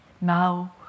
now